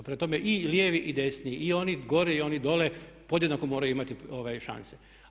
Prema tome i lijevi i desni i oni gore i oni dolje podjednako moraju imati šanse.